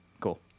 Cool